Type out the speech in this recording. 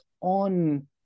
on